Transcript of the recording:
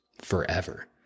forever